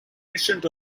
ancient